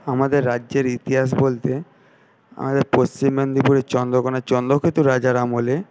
আমাদের রাজ্যের ইতিহাস বলতে আমাদের পশ্চিম মেদনীপুরে চন্দ্রকোনার চন্দ্রকেতু রাজার আমলে